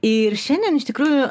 ir šiandien iš tikrųjų